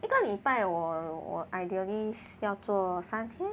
一个礼拜我我 ideally 是要做三天